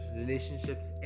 relationships